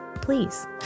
Please